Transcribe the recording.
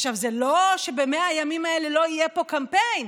עכשיו, זה לא שב-100 ימים האלה לא יהיה פה קמפיין.